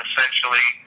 essentially